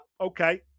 okay